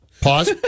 Pause